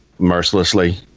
mercilessly